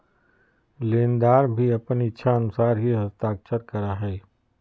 लेनदार भी अपन इच्छानुसार ही हस्ताक्षर करा हइ